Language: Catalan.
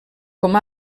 com